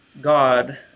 God